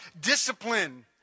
discipline